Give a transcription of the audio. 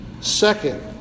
Second